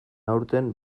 aurten